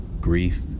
Grief